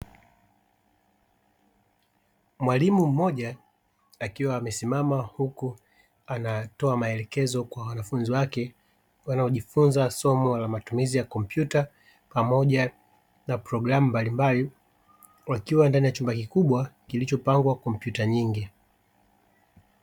Mwalimu mmoja akiwa amesimama huku anatoa maelekezo kwa wanafunzi wanaojifunza somo la matumizi ya kompyuta, pamoja na programu mbalimbali wakiwa ndani ya chumba kikubwa kilichopangwa, kompyuta nyingi.